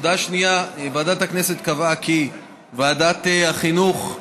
הודעה שנייה: ועדת הכנסת קבעה כי ועדת החינוך,